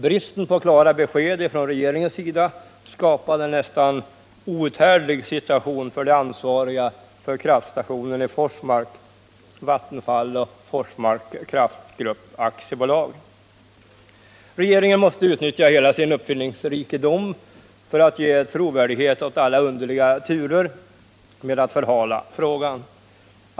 Bristen på klara besked från regeringens sida skapade en nästan outhärdlig situation för de ansvariga för kraftstationen i Forsmark — Vattenfall och Forsmarks Kraftgrupp AB. Regeringen måste utnyttja hela sin uppfinningsrikedom för att ge trovärdighet åt alla underliga turer med att förhala frågan.